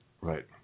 right